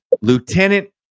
Lieutenant